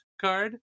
card